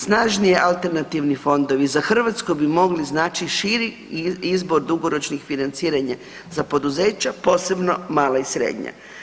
Snažnije alternativni fondovi za Hrvatsku bi mogli znači širi izbor dugoročnih financiranja za poduzeća, posebno mala i srednja.